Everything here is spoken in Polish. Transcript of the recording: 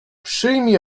przyjmij